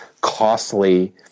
costly